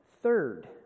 Third